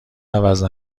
عوض